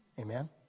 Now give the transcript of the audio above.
Amen